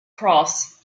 cross